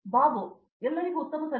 ಬಾಬು ಎಲ್ಲರಿಗೆ ಉತ್ತಮ ಸಂಜೆ